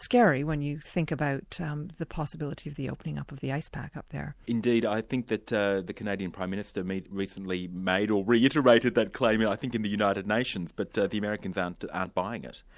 scary, when you think about um the possibility of the opening up of the ice pack up there. indeed, i think that the the canadian prime minister recently made, or reiterated that claim, yeah i think in the united nations. but the the americans aren't aren't buying it.